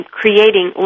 creating